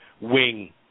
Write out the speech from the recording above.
wing